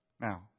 Now